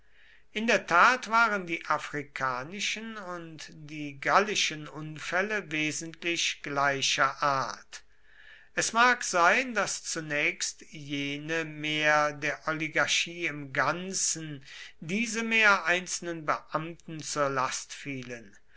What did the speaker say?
in der tat waren die afrikanischen und die gallischen unfälle wesentlich gleicher art es mag sein daß zunächst jene mehr der oligarchie im ganzen diese mehr einzelnen beamten zur last fielen